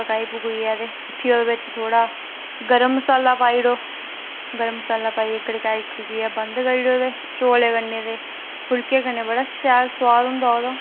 पकाई पुकाइये ओहदे बिच थोड़ा गर्म मसाला पाई ओड़ो गर्म मसाला पाइयै गड़काइयै बंद करी ओड़ो ते चौलें कन्नै ते फुल्कें कन्नै बड़ा शैल सुआद होंदा ओहदा